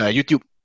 YouTube